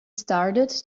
started